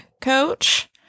coach